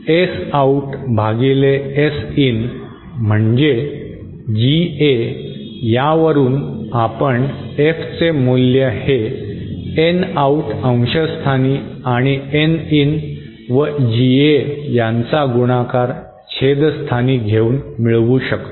S out भागिले S in म्हणजे GA यावरून आपण F चे मूल्य हे N आऊट अंशस्थानी आणि N इन व GA यांचा गुणाकार छेदस्थानी घेऊन मिळवू शकतो